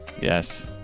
Yes